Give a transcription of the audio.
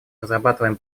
разрабатываем